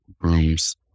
rooms